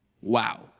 Wow